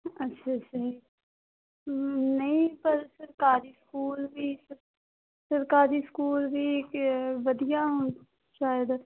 ਅੱਛਾ ਅੱਛਾ ਜੀ ਨਹੀਂ ਪਰ ਸਰਕਾਰੀ ਸਕੂਲ ਵੀ ਸਰਕਾਰੀ ਸਕੂਲ ਵੀ ਵਧੀਆ ਸ਼ਾਇਦ